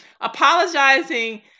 apologizing